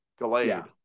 Gallade